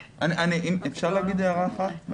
אפשר להגיד הערה אחת?